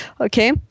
okay